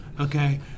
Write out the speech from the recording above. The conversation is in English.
Okay